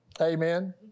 Amen